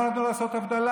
ולא נתנו לו לעשות הבדלה,